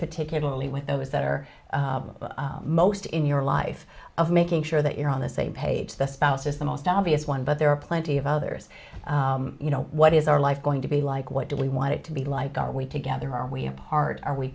particularly with those that are most in your life of making sure that you're on the same page the spouse is the most obvious one but there are plenty of others you know what is our life going to be like what do we want it to be like are we together are we apart are we